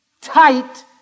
tight